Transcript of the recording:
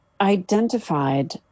identified